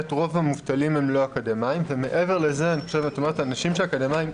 רוב המובטלים הם לא אקדמאים ומעבר לזה האנשים האקדמאים,